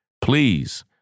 Please